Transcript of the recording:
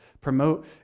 promote